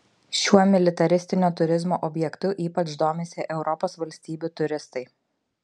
šiuo militaristinio turizmo objektu ypač domisi europos valstybių turistai